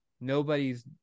Nobody's